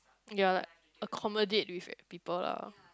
you're like accommodate with people lah